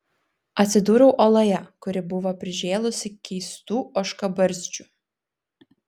atsidūriau oloje kuri buvo prižėlusi keistų ožkabarzdžių